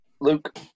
Luke